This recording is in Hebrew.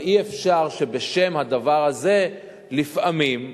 אבל אי-אפשר שבשם הדבר הזה לפעמים,